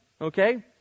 Okay